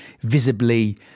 visibly